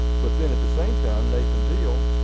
but then at the same time, nathan deal